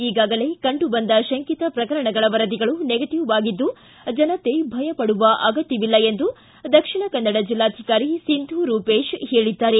ಈಗಾಗಲೇ ಕಂಡು ಬಂದ ಶಂಕಿತ ಪ್ರಕರಣಗಳ ವರದಿಗಳು ನೆಗೆಟವ್ ಆಗಿದ್ದು ಜನತೆ ಭಯಪಡುವ ಅಗತ್ಯವಿಲ್ಲ ಎಂದು ದಕ್ಷಿಣ ಕನ್ನಡ ಜಿಲ್ಲಾಧಿಕಾರಿ ಸಿಂಧೂ ರೂಪೇಶ್ ಹೇಳಿದ್ದಾರೆ